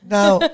Now